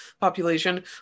population